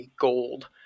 Gold